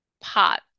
pot